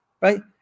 Right